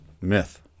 myth